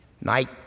Night